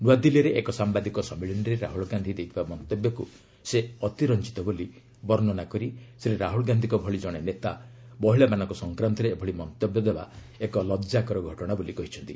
ନ୍ତଆଦିଲ୍ଲୀରେ ଏକ ସାମ୍ଭାଦିକ ସମ୍ମିଳନୀରେ ରାହୁଲ ଗାନ୍ଧି ଦେଇଥିବା ମନ୍ତବ୍ୟକୁ ସେ ଅତିରଞ୍ଜିତ ବୋଲି ବର୍ଷନା କରି ଶ୍ରୀ ରାହୁଲ ଗାନ୍ଧିଙ୍କ ଭଳି ଜଣେ ନେତା ମହିଳାମାନଙ୍କ ସଂକ୍ରାନ୍ତରେ ଏଭଳି ମନ୍ତବ୍ୟ ଦେବା ଏକ ଲଜ୍ଜାକର ଘଟଣା ବୋଲି କହିଛନ୍ତି